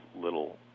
little